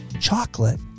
Chocolate